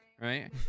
right